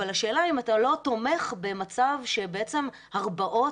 אבל השאלה אם אתה לא תומך במצב שבעצם הרבעות